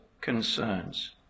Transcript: concerns